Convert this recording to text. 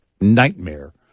nightmare